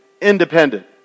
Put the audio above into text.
independent